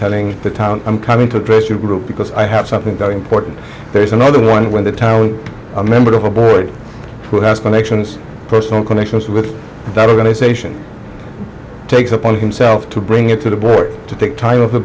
telling the town i'm coming to address your group because i have something very important there's another one when the town a member of a boy who has connections personal connections with that organization takes upon himself to bring it to the board to take time off the